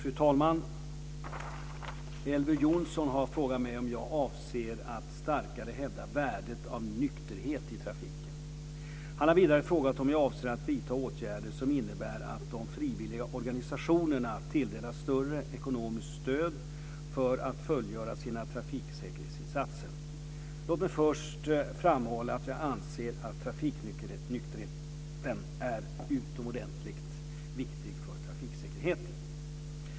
Fru talman! Elver Jonsson har frågat mig om jag avser att starkare hävda värdet av nykterhet i trafiken. Han har vidare frågat om jag avser att vidta åtgärder som innebär att de frivilliga organisationerna tilldelas större ekonomiskt stöd för att fullgöra sina trafiksäkerhetsinsatser. Låt mig först framhålla att jag anser att trafiknykterheten är utomordentligt viktig för trafiksäkerheten.